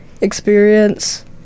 experience